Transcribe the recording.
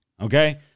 okay